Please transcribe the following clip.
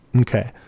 Okay